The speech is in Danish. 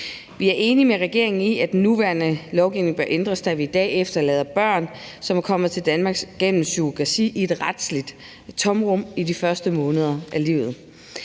Vi er enig med regeringen i, at den nuværende lovgivning bør ændres, da vi i dag efterlader børn, som er kommet til Danmark gennem surrogati, i et retligt tomrum i de første måneder af livet.